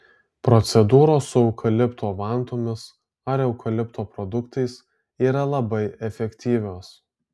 procedūros su eukalipto vantomis ar eukalipto produktais yra labai efektyvios